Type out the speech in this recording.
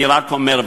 אני רק אומר,